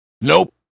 Nope